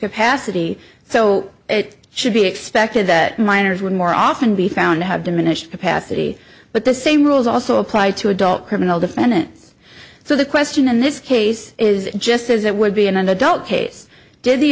capacity so it should be expected that minors would more often be found to have diminished capacity but the same rules also apply to adult criminal defendants so the question in this case is just as it would be in an adult case did the